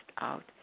out